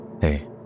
hey